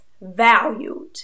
valued